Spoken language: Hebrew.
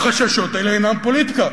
החששות האלה אינם פוליטיקה.